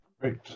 Great